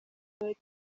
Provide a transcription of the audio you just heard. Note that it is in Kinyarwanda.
wowe